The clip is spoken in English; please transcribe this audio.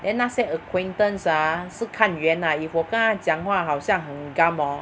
then 那些 acquaintance ah 是看缘 lah if 我跟她讲话好像很 gum hor